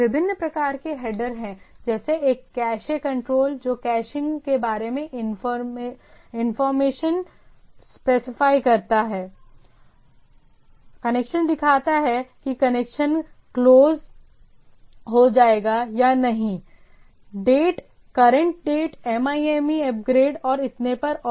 विभिन्न प्रकार के हेडर हैं जैसे एक कैश कंट्रोल जो कैशिंग के बारे में इंफॉर्मेशन स्पेसिफाई करता है कनेक्शन दिखाता है कि कनेक्शन क्लोज हो जाएगा या नहीं date current date MIME upgrade और इतने पर और